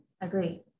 agree